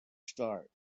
start